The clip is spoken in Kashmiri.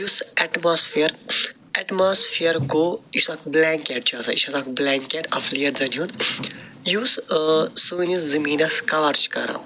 یُس اٮ۪ٹماسفیر اٮ۪ٹماسفیر گوٚو یُس اکھ بٕلینٛکٮ۪ٹ چھُ آسان یہِ چھُ آسن اکھ بٕلینٛکٮ۪ٹ اَفلیٖینزن ہُنٛد یُس سٲنِس زٔمیٖنس کاڈ چھِ کَران